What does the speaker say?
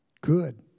Good